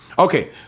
Okay